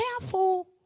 careful